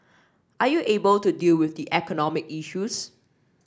are you able to deal with the economic issues